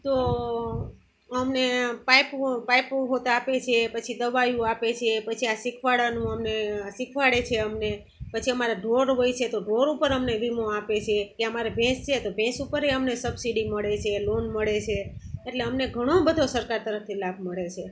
તો અમને પાઇપો પાઇપો હોત આપે છે પછી દવા આપે છે પછી આ શિખવાડવાનું અમને શિખવાડે છે અમને પછી અમારા ઢોર હોય છે તો ઢોર ઉપર અમને વીમો આપે છે કે આ અમારે ભેંસ છે તો ભેંસ ઉપરે અમને સબસિડી મળે છે લોન મળે છે એટલે અમને ઘણો બધો સરકાર તરફથી લાભ મળે છે